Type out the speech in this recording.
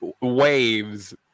waves